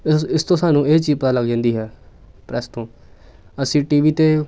ਇਸ ਇਸ ਤੋਂ ਸਾਨੂੰ ਇਹ ਚੀਜ਼ ਪਤਾ ਲੱਗ ਜਾਂਦੀ ਹੈ ਪ੍ਰੈਸ ਤੋਂ ਅਸੀਂ ਟੀ ਵੀ 'ਤੇ